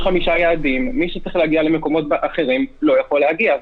יש חמישה יעדים ומי שצריך להגיע ליעדים אחרים לא יכול להגיע.